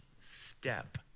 step